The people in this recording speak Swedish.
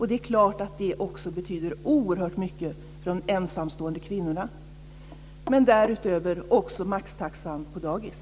Det är klart att det också betyder oerhört mycket för de ensamstående kvinnorna, men därutöver även maxtaxan på dagis.